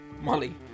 Molly